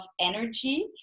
energy